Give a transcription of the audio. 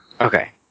Okay